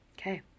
Okay